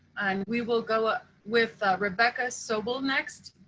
and we will go ah with rebecca sobel next.